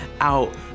out